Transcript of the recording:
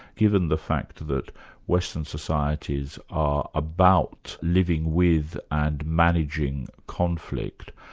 given the fact that western societies are about living with and managing conflict,